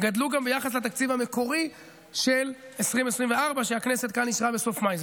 גדלו גם ביחס לתקציב המקורי של 2024 שהכנסת אישרה כאן בסוף מאי.